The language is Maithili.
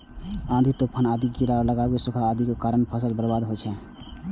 आंधी, तूफान, बाढ़ि, कीड़ा लागब, सूखा आदिक कारणें फसलक बर्बादी होइ छै